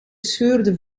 scheurde